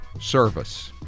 service